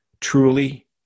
truly